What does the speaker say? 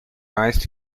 meist